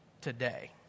today